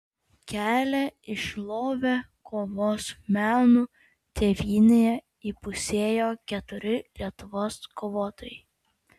kelią į šlovę kovos menų tėvynėje įpusėjo keturi lietuvos kovotojai